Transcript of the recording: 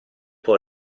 può